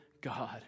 God